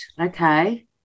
Okay